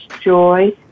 joy